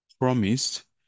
promised